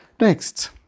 Next